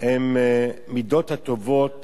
הוא המידות הטובות